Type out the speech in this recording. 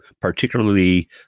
particularly